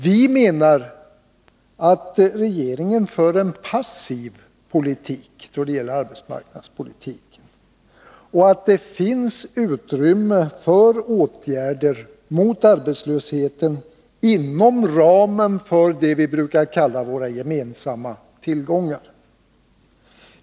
Vi menar att regeringen för en passiv politik då det gäller arbetsmarknadspolitik och att det finns utrymme för åtgärder mot arbetslösheten inom ramen för det vi brukar kalla våra gemensamma tillgångar.